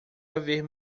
haver